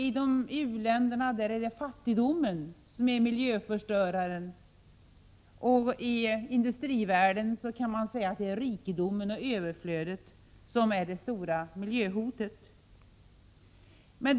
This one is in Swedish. I u-länderna är det fattigdomen som är miljöförstöraren, och i industrivärlden kan det sägas vara rikedomen och överflödet som är de stora miljöhoten.